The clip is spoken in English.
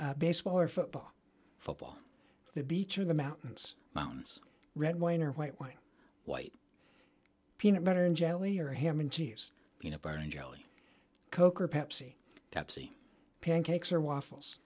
baseball or football football the beach or the mountains mountains red wine or white white white peanut butter and jelly or herrmann cheese you know burning jelly coke or pepsi pepsi pancakes or waffles